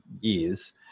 years